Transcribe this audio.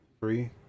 free